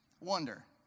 wonder